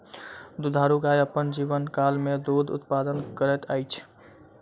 दुधारू गाय अपन जीवनकाल मे दूध उत्पादन करैत अछि